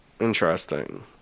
Interesting